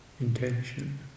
Intention